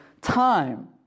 time